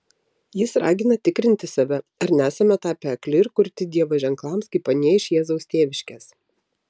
jis ragina tikrinti save ar nesame tapę akli ir kurti dievo ženklams kaip anie iš jėzaus tėviškės